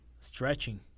stretching